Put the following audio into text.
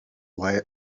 why